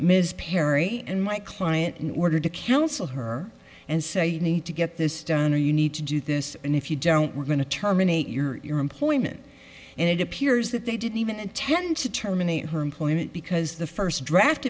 ms perry and my client in order to counsel her and say you need to get this done or you need to do this and if you don't we're going to terminate your employment and it appears that they didn't even intend to terminate her employment because the first draft